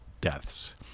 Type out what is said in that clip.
deaths